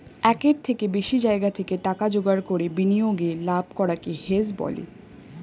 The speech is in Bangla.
একের থেকে বেশি জায়গা থেকে টাকা জোগাড় করে বিনিয়োগে লাভ করাকে হেজ বলে